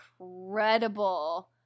incredible